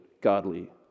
godly